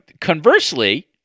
Conversely